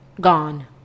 gone